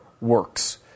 works